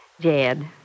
Jed